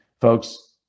Folks